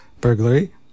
burglary